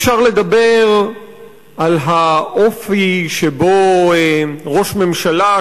אפשר לדבר על האופי שבו ראש ממשלה,